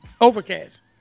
Overcast